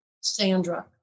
Sandra